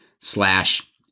slash